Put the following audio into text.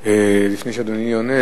לפני שאדוני עונה,